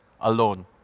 alone